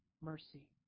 mercy